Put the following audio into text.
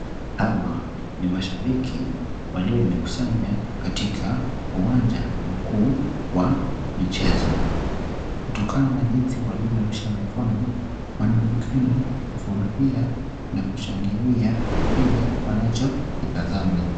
Hawa ni mashabiki waliojikusanya katika uwanja mkuu wa michezo, kutokana na jinsi walivyorusha mikono wanaonekana kufurahia na kushangilia kile wanachokitazama.